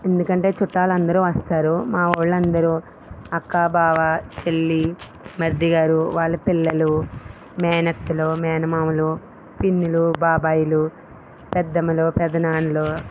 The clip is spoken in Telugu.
ఎందుకంటే చుట్టాలు అందరు వస్తారు మా వాళ్ళందరు అక్క బావ చెల్లి మరిది గారు వాళ్ళ పిల్లలు మేనత్తలు మేనమామలు పిన్నిలు బాబాయిలు పెద్దమ్మలు పెదనాన్నలు